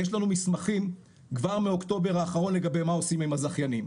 יש לנו מסמכים כבר מאוקטובר האחרון לגבי מה עושים עם הזכיינים,